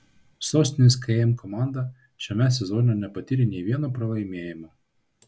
sostinės km komanda šiame sezone nepatyrė nei vieno pralaimėjimo